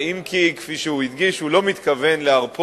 אם כי, כפי שהוא הדגיש, הוא לא מתכוון להרפות.